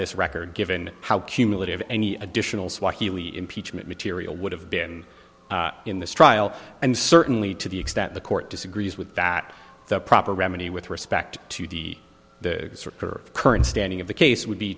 this record given how cumulative any additional swahili impeachment material would have been in this trial and certainly to the extent the court disagrees with that the proper remedy with respect to the curve current standing of the case would be